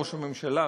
ראש הממשלה,